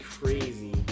crazy